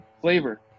flavor